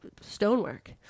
stonework